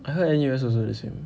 I heard N_U_S also the same